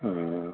ও